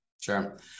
Sure